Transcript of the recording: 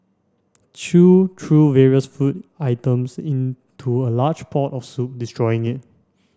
chew threw various food items into a large pot of soup destroying it